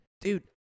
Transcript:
Dude